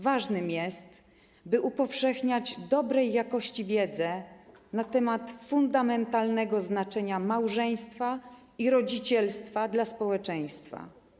Ważne jest, by upowszechniać dobrej jakości wiedzę na temat fundamentalnego znaczenia małżeństwa i rodzicielstwa dla społeczeństwa.